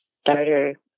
starter